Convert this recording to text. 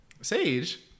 Sage